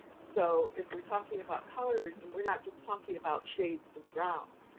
so if we're talking about colorism, we're not just talking about shades of brown,